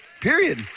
Period